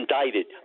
indicted